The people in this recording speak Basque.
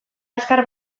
azkar